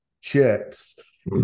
chips